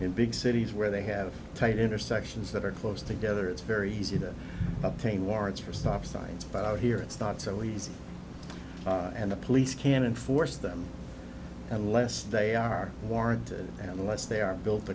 in big cities where they have tight intersections that are close together it's very easy to obtain warrants for stop signs but out here it's not so easy and the police can enforce them unless they are warranted unless they are built